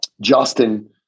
Justin